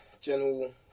general